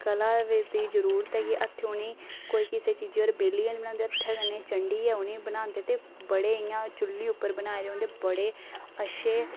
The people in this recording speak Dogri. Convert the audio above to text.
कला दी जरूरत ऐ कि हत्थ उ'नें ई कोई किसै पर बेलियै निं बनांदे बस हत्थै पर चंडियै उ'नेंगी बनांदे बड़े इं'या चुल्ली पर बनाए दे होंदे बड़े अच्छे